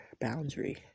boundary